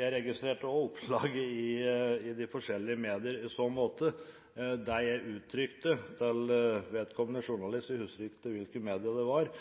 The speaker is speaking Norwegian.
Jeg registrerte også oppslaget i de forskjellige medier i så måte, der jeg uttrykte til vedkommende journalist – jeg husker ikke hvilket medium det var